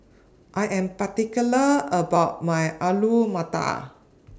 I Am particular about My Alu Matar